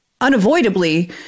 unavoidably